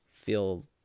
feel